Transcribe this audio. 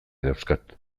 dauzkat